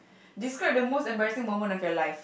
describe the most embarrassing moment of your life